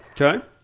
okay